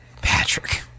Patrick